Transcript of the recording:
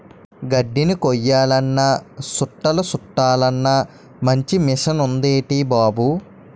గడ్దిని కొయ్యాలన్నా సుట్టలు సుట్టలన్నా మంచి మిసనుందేటి బాబూ